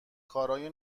کارای